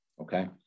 okay